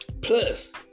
plus